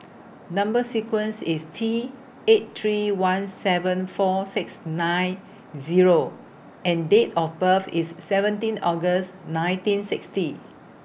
Number sequence IS T eight three one seven four six nine Zero and Date of birth IS seventeen August nineteen sixty